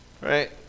right